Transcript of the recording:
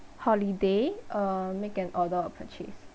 holiday uh make an order or purchase